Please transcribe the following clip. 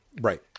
Right